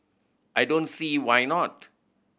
I don't see why not